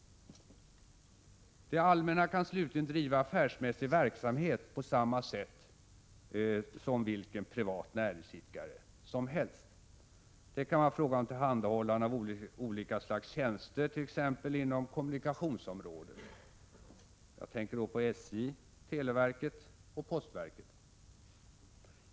Det allmänna kan slutligen driva affärsmässig verksamhet på samma sätt som vilken privat näringsidkare som helst. Det kan vara fråga om tillhandahållande av olika slags tjänster t.ex. inom kommunikationsområdet. Jag tänker då på SJ, televerket och postverket.